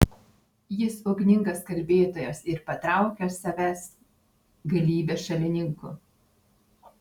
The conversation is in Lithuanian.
jis ugningas kalbėtojas ir patraukia savęsp galybę šalininkų